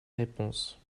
réponse